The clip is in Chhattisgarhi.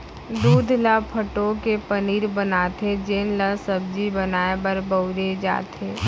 दूद ल फटो के पनीर बनाथे जेन ल सब्जी बनाए बर बउरे जाथे